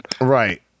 Right